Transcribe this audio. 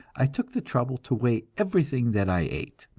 i took the trouble to weigh everything that i ate,